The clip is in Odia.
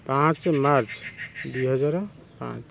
ପାଞ୍ଚ ମାର୍ଚ୍ଚ୍ ଦୁଇ ହଜାର ପାଞ୍ଚ